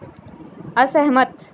असहमत